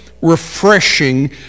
refreshing